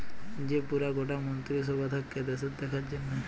যে পুরা গটা মন্ত্রী সভা থাক্যে দ্যাশের দেখার জনহ